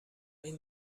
این